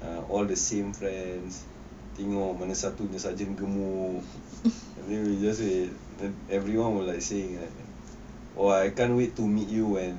ah all the same friends tengok mana satu sarjan gemuk and the we just and everyone will like saying right oh I can't wait to meet you and